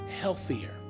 healthier